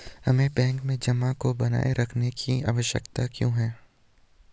हमें बैंक में जमा को बनाए रखने की आवश्यकता क्यों है?